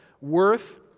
worth